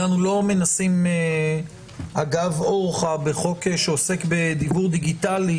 אנחנו לא מנסים אגב אורחא בחוק שעוסק בדיוור דיגיטלי